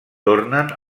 tornen